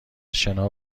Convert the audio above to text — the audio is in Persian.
شنا